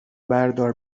بردار